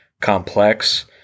complex